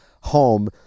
home